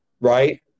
right